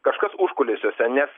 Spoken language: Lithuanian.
kažkas užkulisiuose nes